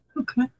Okay